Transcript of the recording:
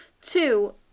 Two